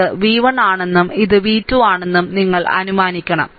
ഇത് v 1 ആണെന്നും ഇത് v 2 ആണെന്നും നിങ്ങൾ അനുമാനിക്കണം